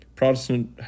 Protestant